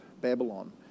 Babylon